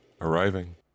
arriving